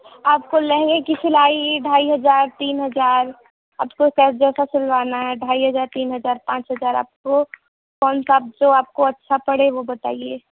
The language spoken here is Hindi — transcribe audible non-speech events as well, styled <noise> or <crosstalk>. आपको लहँगे की सिलाई ढाई हज़ार तीन हज़ार आपको <unintelligible> जैसा सिलवाना है ढाई हज़ार तीन हज़ार पाँच हज़ार आपको कौनसा जो आपको अच्छा पड़े वो बताइए